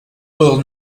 will